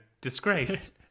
disgrace